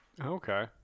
okay